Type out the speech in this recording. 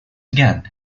again